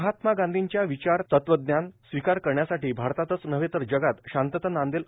महात्मा गांधी विचार तत्वज्ञान स्वीकार करण्यासाठी भारतातच नव्हे तर जगात शांतता नांदेल